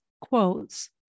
quotes